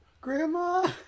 Grandma